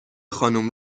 خانم